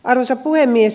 arvoisa puhemies